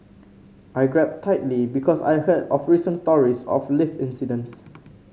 I grabbed tightly because I heard of recent stories of lift incidents